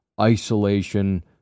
isolation